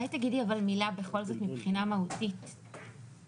אני מדברת על הממשלה ומבחינתי זה לא משנה.